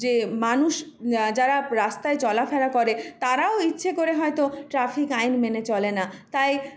যে মানুষ যারা রাস্তায় চলাফেরা করে তারাও ইচ্ছে করে হয়তো ট্রাফিক আইন মেনে চলে না তাই